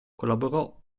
collaborò